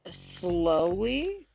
Slowly